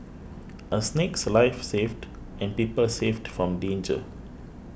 a snake's life saved and people saved from danger